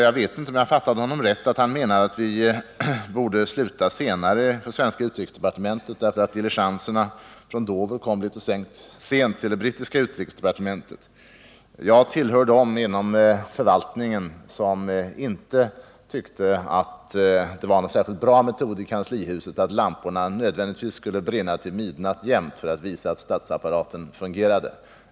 Jag vet inte om jag fattade Allan Hernelius rätt och om han menade att vi borde sluta arbetet senare i det svenska utrikesdepartementet därför att diligenserna från Dover kom litet sent till det brittiska utrikesdepartementet. Jag tillhör dem inom förvaltningen som inte tyckte att det var någon särskilt bra metod att lamporna i kanslihuset nödvändigtvis alltid skulle brinna till midnatt för att visa att statsapparaten fungerade.